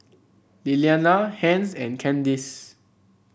Lilianna Hence and Candyce